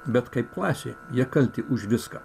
bet kaip klasė jie kalti už viską